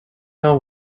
know